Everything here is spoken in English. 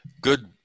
Good